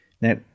Now